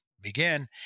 begin